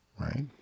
right